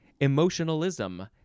emotionalism